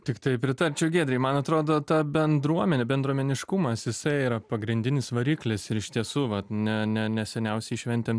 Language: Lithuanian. tiktai pritarčiau giedrei man atrodo ta bendruomenė bendruomeniškumas jisai yra pagrindinis variklis ir iš tiesų vat ne ne neseniausiai šventėm